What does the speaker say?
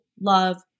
love